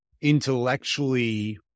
intellectually